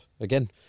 again